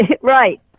right